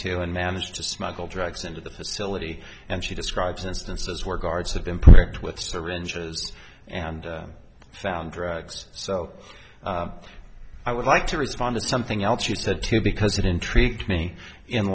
to and managed to smuggle drugs into the facility and she describes instances where guards have been picked with syringes and found drugs so i would like to respond to something else you said too because it intrigued me in